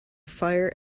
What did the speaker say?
fire